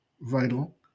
vital